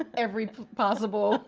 every possible,